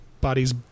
bodies